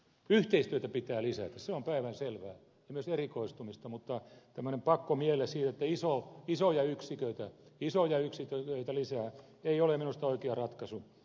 yhteistyötä pitää lisätä se on päivänselvää ja myös erikoistumista mutta tämmöinen pakkomielle siitä että isoja yksiköitä lisää ei ole minusta oikea ratkaisu